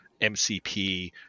MCP